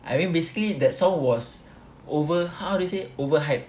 I mean basically that song was over how do you say over hyped